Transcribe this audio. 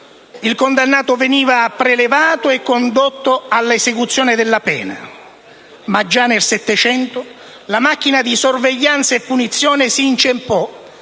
il condannato veniva prelevato e condotto all'esecuzione della pena. Ma già nel Settecento la macchina di sorveglianza e punizione si inceppò,